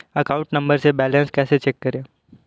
Account number से balance कैसे check करें?